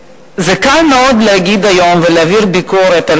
קל מאוד לדבר היום ולהעביר ביקורת על